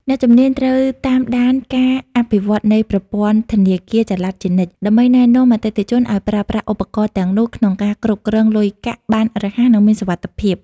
អ្នកជំនាញត្រូវតាមដានការអភិវឌ្ឍន៍នៃប្រព័ន្ធធនាគារចល័តជានិច្ច ដើម្បីណែនាំអតិថិជនឱ្យប្រើប្រាស់ឧបករណ៍ទាំងនោះក្នុងការគ្រប់គ្រងលុយកាក់បានរហ័ស និងមានសុវត្ថិភាព។